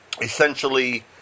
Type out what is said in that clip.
essentially